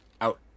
out